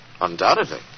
Undoubtedly